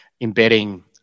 embedding